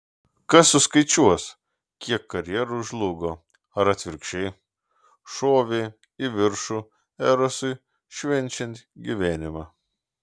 kas suskaičiuos kiek karjerų žlugo ar atvirkščiai šovė į viršų erosui švenčiant gyvenimą